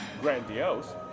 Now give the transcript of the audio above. grandiose